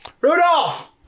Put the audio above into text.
Rudolph